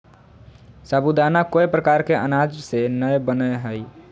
साबूदाना कोय प्रकार के अनाज से नय बनय हइ